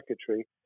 secretary